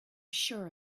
sure